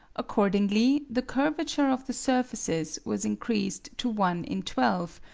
accordingly, the curvature of the surfaces was increased to one in twelve,